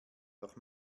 doch